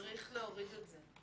צריך להוריד את זה.